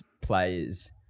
players